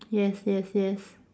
yes yes yes